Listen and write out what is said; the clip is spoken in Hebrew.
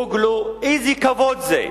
אוגלו: איזה כבוד זה,